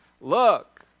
Look